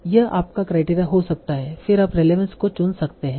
यह आपका क्राइटेरिया हो सकता है फिर आप रेलेवंस को चुन सकते हैं